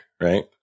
right